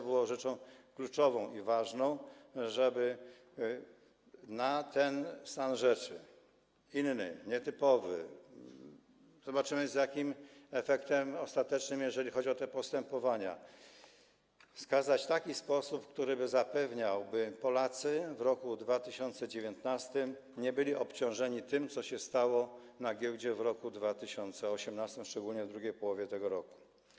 Było rzeczą kluczową i ważną, żeby przy tym stanie rzeczy: innym, nietypowym, zobaczymy, z jakim efektem ostatecznym, jeżeli chodzi o te postępowania, wskazać taki sposób, który by zapewniał to, by Polacy w roku 2019 nie byli obciążeni tym, co się stało na giełdzie w roku 2018, szczególnie w drugiej połowie tego roku.